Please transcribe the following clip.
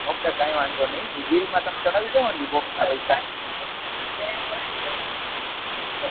okay કાઇ વાંધો નહીં એ બિલમાં તમે ચડાવી ઈ બોક્સના પૈસા